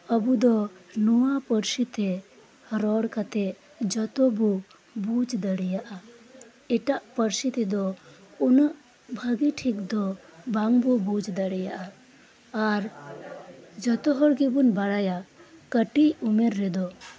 ᱟᱵᱚ ᱫᱚ ᱱᱚᱶᱟ ᱯᱟᱨᱥᱤᱛᱮ ᱨᱚᱲ ᱠᱟᱛᱮᱫ ᱡᱷᱚᱛᱚ ᱵᱚ ᱵᱩᱡᱽ ᱫᱟᱲᱮᱭᱟᱜᱼᱟ ᱮᱴᱟᱜ ᱯᱟᱨᱥᱤ ᱛᱮᱫᱚ ᱩᱱᱟᱹᱜ ᱵᱷᱟᱜᱮᱹ ᱴᱷᱤᱠ ᱫᱚ ᱵᱟᱝ ᱵᱚ ᱵᱩᱡᱽ ᱫᱟᱲᱮᱭᱟᱜᱼᱟ ᱟᱨ ᱡᱷᱚᱛᱚ ᱦᱚᱲ ᱜᱮᱵᱚᱱ ᱵᱟᱲᱟᱭᱟ ᱠᱟᱴᱤᱡ ᱩᱢᱮᱨ ᱨᱮᱫᱚ